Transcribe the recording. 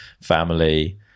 family